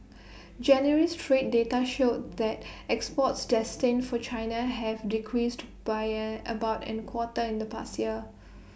January's trade data showed that exports destined for China have decreased buyer about an quarter in the past year